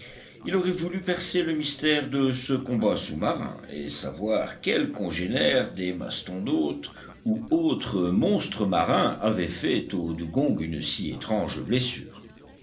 il aurait voulu percer le mystère de ce combat sous-marin et savoir quel congénère des mastodontes ou autres monstres marins avait fait au dugong une si étrange blessure